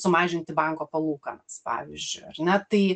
sumažinti banko palūkanas pavyzdžiui ar ne tai